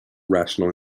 rational